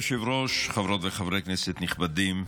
אדוני היושב-ראש, חברות וחברי כנסת נכבדים,